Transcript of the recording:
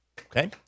Okay